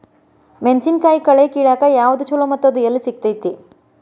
ಮೆಣಸಿನಕಾಯಿ ಕಳೆ ಕಿಳಾಕ್ ಯಾವ್ದು ಛಲೋ ಮತ್ತು ಅದು ಎಲ್ಲಿ ಸಿಗತೇತಿ?